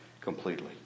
completely